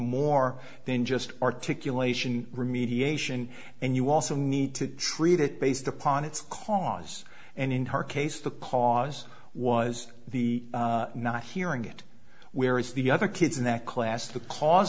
more than just articulation remediation and you also need to treat it based upon its cause and in her case the cause was the not hearing it whereas the other kids in that class the cause